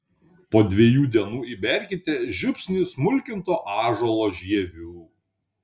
po dviejų dienų įberkite žiupsnį smulkintų ąžuolų žievių